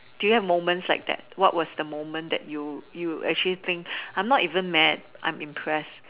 do you have moments like that what was the moment that you you actually think I'm not even mad I'm impressed